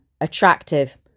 attractive